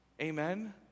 Amen